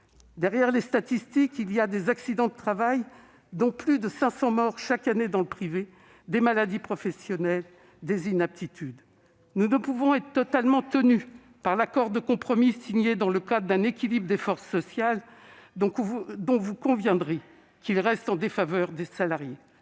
Derrière les statistiques, il y a des accidents du travail- plus de 500 morts sont comptabilisées chaque année dans le secteur privé -, des maladies professionnelles et des inaptitudes. Nous ne pouvons être totalement tenus par l'accord de compromis signé dans le cas d'un équilibre des forces sociales ; vous conviendrez en effet que celui-ci reste en défaveur des salariés.